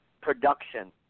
production